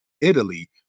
Italy